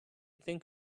think